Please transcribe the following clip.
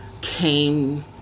came